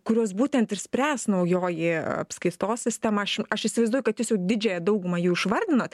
kuriuos būtent ir spręs naujoji apskaitos sistema aš aš įsivaizduoju kad jūs jau didžiąją daugumą jau išvardinot